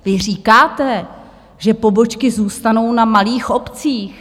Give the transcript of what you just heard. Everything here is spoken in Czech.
Vy říkáte, že pobočky zůstanou na malých obcích.